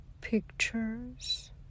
pictures